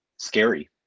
scary